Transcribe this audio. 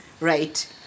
right